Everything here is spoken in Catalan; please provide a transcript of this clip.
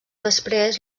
després